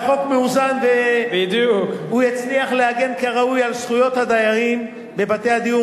והחוק מאוזן והוא הצליח להגן כראוי על זכויות הדיירים בבתי הדיור